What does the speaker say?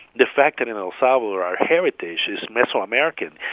the fact that in el salvador our heritage is mesoamerican,